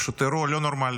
זה פשוט אירוע לא נורמלי.